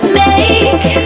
make